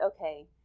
okay